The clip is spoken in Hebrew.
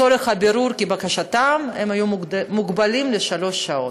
צורך הבירור, כבקשתם, הם יהיו מוגבלים לשלוש שעות.